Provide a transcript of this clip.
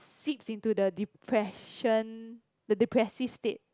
seeps into the depression the depressive state